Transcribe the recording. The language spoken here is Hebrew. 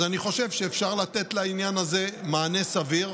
אז אני חושב שאפשר לתת לעניין הזה מענה סביר.